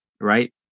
right